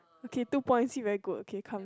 okay two point see very good okay come